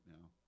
now